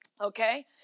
Okay